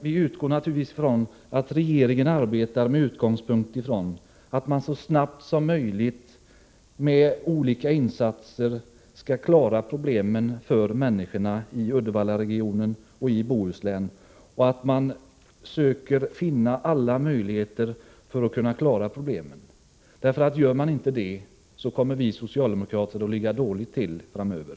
Vi räknar naturligtvis med att man i regeringen arbetar från den utgångspunkten, att man så snabbt som möjligt med olika insatser skall klara problemen för människorna i Uddevallaregionen och i Bohuslän och att man skall försöka finna alla de möjligheter som står till buds. Gör regeringen inte det, så kommer vi socialdemokrater att ligga illa till framöver.